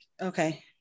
okay